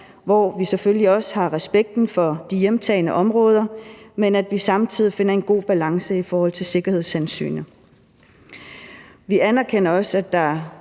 hvor vi selvfølgelig også har respekten for de hjemtagne områder, men at vi samtidig finder en god balance i forhold til sikkerhedshensynet. Vi anerkender også, at der